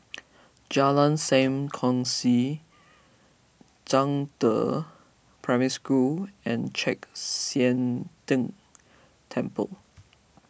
Jalan Sam Kongsi Zhangde Primary School and Chek Sian Tng Temple